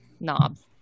knobs